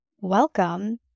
welcome